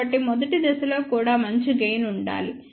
కాబట్టి మొదటి దశలో కూడా మంచి గెయిన్ ఉండాలి